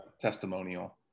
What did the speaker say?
testimonial